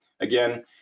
Again